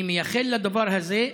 אני מייחל לדבר הזה.